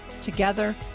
Together